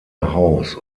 haus